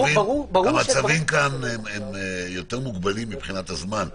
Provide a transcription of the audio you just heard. הצווים פה מוגבלים מבחינת הזמן.